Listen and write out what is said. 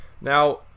Now